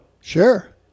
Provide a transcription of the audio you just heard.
Sure